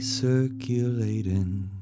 circulating